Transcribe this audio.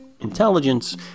intelligence